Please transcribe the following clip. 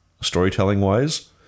storytelling-wise